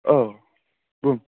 औ बुं